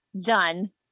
done